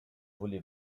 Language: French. volley